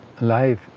Life